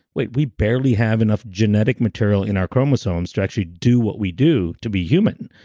wait we barely have enough genetic material in our chromosomes to actually do what we do to be human.